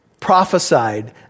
prophesied